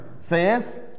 says